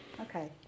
Okay